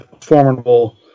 formidable